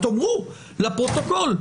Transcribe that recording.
תאמרו לפרוטוקול.